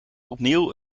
opnieuw